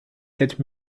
sept